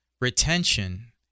retention